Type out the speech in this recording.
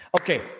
Okay